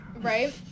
right